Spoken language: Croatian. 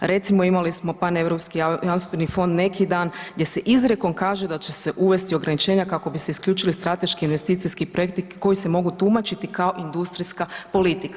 Recimo, imali smo paneuropski jamstveni fond neki dan gdje se izrijekom kaže da će se uvesti ograničenja kako bi se isključili strateški investicijski projekti koji se mogu tumačiti kao industrijska politika.